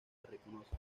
reconoce